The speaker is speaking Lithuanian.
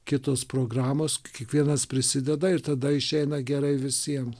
kitos programos kiekvienas prisideda ir tada išeina gerai visiems